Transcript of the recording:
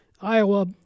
Iowa